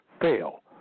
fail